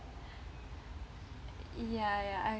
ya ya I